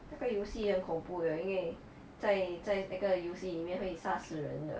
那个游戏很恐怖因为在在那个游戏里面会吓死人的